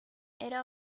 era